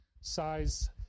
size